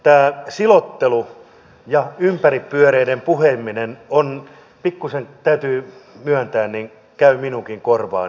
tämä silottelu ja ympäripyöreiden puhuminen pikkuisen täytyy myöntää käy minunkin korvaani